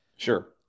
Sure